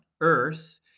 Earth